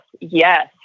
Yes